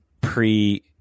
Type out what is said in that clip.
pre